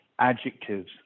adjectives